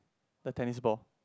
the tennis ball